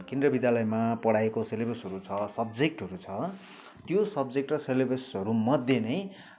केन्द्र विद्यालयमा पढाएको सेलेबसहरू छ सब्जेक्टहरू छ त्यो सब्जेक्ट र सेलेबसहरू मध्ये नै